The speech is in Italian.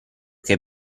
che